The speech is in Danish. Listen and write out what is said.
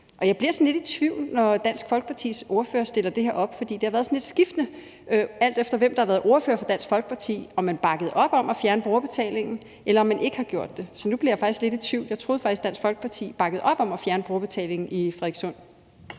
Jeg bliver sådan lidt i tvivl, når Dansk Folkepartis ordfører stiller det her op, for det har været sådan lidt skiftende, alt efter hvem der har været ordfører for Dansk Folkeparti, om man bakkede op om at fjerne brugerbetalingen, eller om man ikke gjorde det. Så nu bliver jeg faktisk lidt i tvivl. Jeg troede faktisk, Dansk Folkeparti bakkede op om at fjerne brugerbetalingen i Frederikssund.